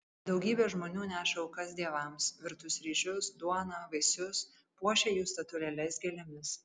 daugybė žmonių neša aukas dievams virtus ryžius duoną vaisius puošia jų statulėles gėlėmis